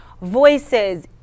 voices